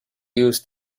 used